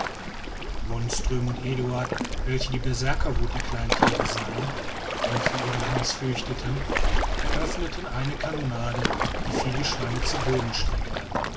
wonström und eduard welche die berserkerwut der kleinen tiere sahen und für ihren hans fürchteten eröffneten eine kanonade die viele schweine zu boden streckte